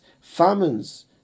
famines